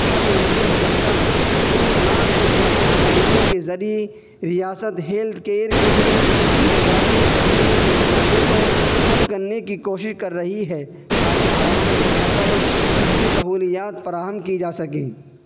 حل ممکن ہو سکتا ہے ان تمام حکمت عملیوں کے ذریعے ریاست ہیلتھ کیئر کے لیے ناکافی فنڈنگ کے مسئلے کو حل کرنے کی کوشش کر رہی ہے تاکہ عوام کو بہتر طبی سہولیات فراہم کی جا سکیں